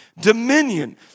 dominion